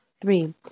Three